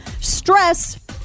stress